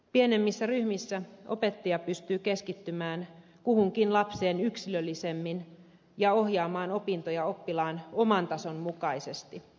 pienemmissä ryhmissä opettaja pystyy keskittymään kuhunkin lapseen yksilöllisemmin ja ohjaamaan opintoja oppilaan oman tason mukaisesti